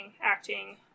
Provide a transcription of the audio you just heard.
acting